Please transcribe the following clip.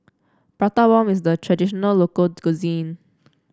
Prata Bomb is a traditional local cuisine